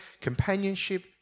companionship